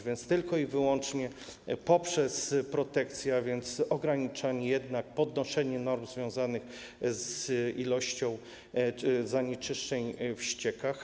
Więc tylko i wyłącznie poprzez protekcję, a więc ograniczanie jednak, podnoszenie norm związanych z ilością zanieczyszczeń w ściekach.